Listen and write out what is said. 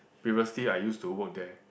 previously I used to work there